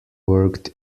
worked